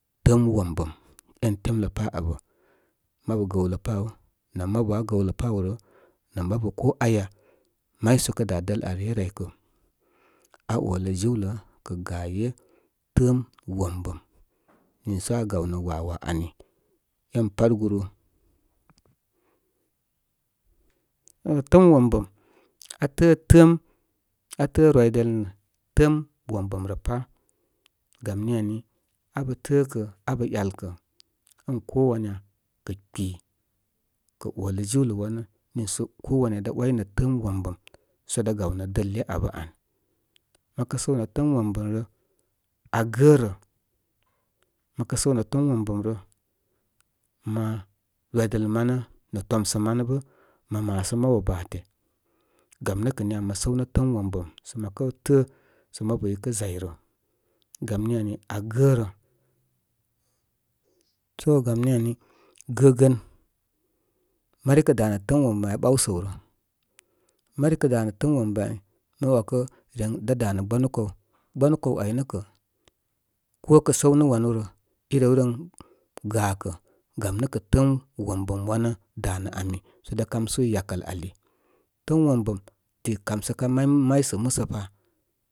Təəm wombəm én tem pá abə. Mabu gəwlə pan nə mabu aá gəwlə pan rə, nə mabu ko aya. May sə kə dá dəl al ryə rə áy kə, aa olə jiwlə kə gaye təəm wombəm. Niisə aa gawnə wawa ani. Én pat guru. Təəm wombəm aatəə təəm, aa təə rwidəl təən wombəm rə pá. Gam ni ani, abə təəkə abə ‘yalkə, ən ko wanya kə kpə kə olə jiwlə wanə niisə ko wanya dá ‘waynə təəm wom bəm so dá gawnə dəl le abə an. Məkə səw nə təəm wombəm rə, aa gərə məkə səw nə təəm wombəm rə, mo rwidəl manə nə tomsə manə bə mə maasə mabu báaté. Gam nə kə ninya mə səw nə təəm wombəm sə mə kə təə sə mabu i kə zayrə. Gam ni ani aa garə. So gam ni ari gəgən mari kə danə təəm wom bəm aa ɓaw səw rə, mari kə danə təəm wombəm áy mə ‘wakə ren, dá dá nə gbanu kaw, gbanu kaw nə kə ko kə səw nə wanu rə i rewren gakə. Gam nə kə təəm wombəm wanə dánə ami sə dá kam ya kəl ali. Təəm wombam ti kam sə kan may sə musə pa.